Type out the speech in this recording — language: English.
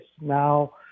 Now